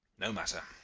no matter.